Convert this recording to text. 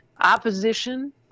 opposition